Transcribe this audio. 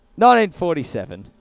1947